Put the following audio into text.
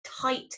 tight